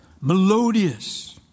melodious